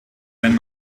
wenn